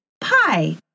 pie